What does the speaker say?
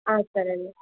సరే అండి